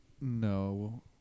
No